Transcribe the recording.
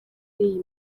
iyi